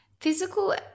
physical